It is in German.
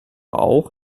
auch